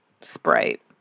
Sprite